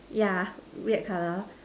yeah weird colour